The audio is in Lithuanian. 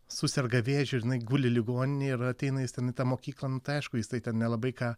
suserga vėžiu ir jinai guli ligoninėj ir ateina jis ten į tą mokyklą nu tai aišku jisai ten nelabai ką